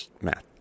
math